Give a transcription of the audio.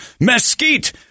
mesquite